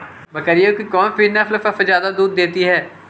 बकरियों की कौन सी नस्ल सबसे ज्यादा दूध देती है?